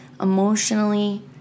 emotionally